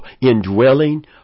indwelling